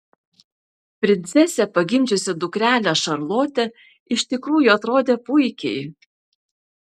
princesė pagimdžiusi dukrelę šarlotę iš tikrųjų atrodė puikiai